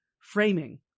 framing